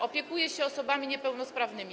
Opiekuje się osobami niepełnosprawnymi.